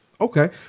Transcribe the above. Okay